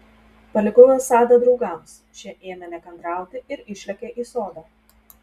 palikau asadą draugams šie ėmė nekantrauti ir išlėkė į sodą